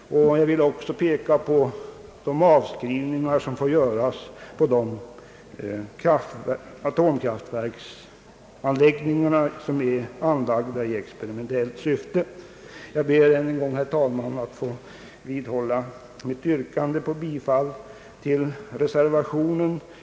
Jag vill också peka på de avskrivningar som får göras på atomkraftanläggningar vilka är tillkomna i experimentellt syfte. Jag ber än en gång, herr talman, att få yrka bifall till reservationen.